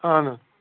اَہن حظ